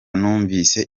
numvise